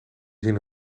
zin